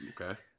Okay